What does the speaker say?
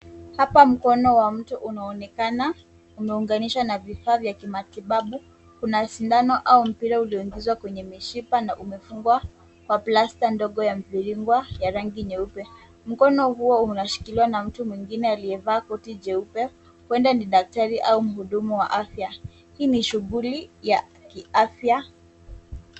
Hapa mkono wa mtu unaonekana umeunganishwa na vifaa vya kimatibabu. Kuna sindano au mpira ulioingizwa kwenye mishipa na umefungwa kwa plasta ndogo ya mviringwa ya rangi nyeupe. Mkono huo unashikiliwa na mtu mwingine aliyevaa koti jeupe huenda ni daktari au mhudumu wa afya. Hii ni shughuli ya kiafya.